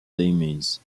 domes